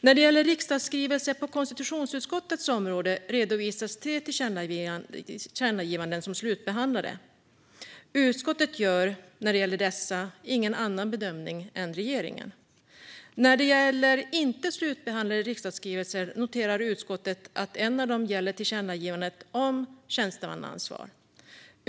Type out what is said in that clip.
När det gäller riksdagsskrivelser på konstitutionsutskottets område redovisas tre tillkännagivanden som slutbehandlade. Utskottet gör när det gäller dessa ingen annan bedömning än regeringen. När det gäller inte slutbehandlade riksdagsskrivelser noterar utskottet att en av dem gäller tillkännagivandet om tjänstemannaansvar.